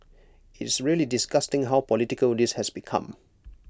IT is really disgusting how political this has become